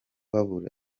babura